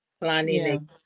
planning